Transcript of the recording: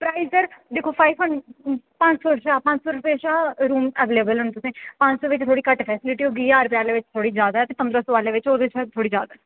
पंज सौ कशा रूम सर थ्होई जाना तुसेंगी घट्ट फेस्लिटी होनी ते ज्हार रपे आह्ले च जादे होर पद्रहां सौ रपे आह्ले च थोह्ड़ी जादै होनी